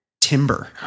timber